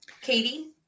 Katie